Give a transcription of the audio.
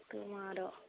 tomorrow